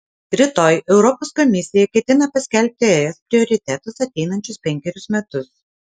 rytoj europos komisija ketina paskelbti es prioritetus ateinančius penkerius metus